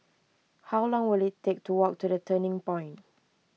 how long will it take to walk to the Turning Point